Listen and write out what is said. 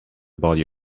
body